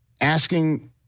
asking